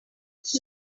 this